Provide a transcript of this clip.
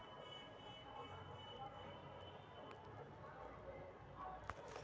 हमहुँ mutual fund में पइसा लगइली हबे